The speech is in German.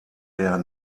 der